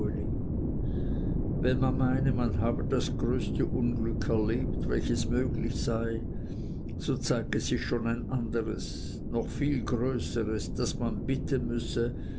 wenn man meine man habe das größte unglück erlebt welches möglich sei so zeige sich schon ein anderes noch viel größeres daß man bitten müsse